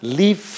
leave